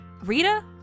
Rita